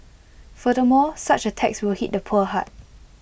furthermore such A tax will hit the poor hard